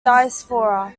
diaspora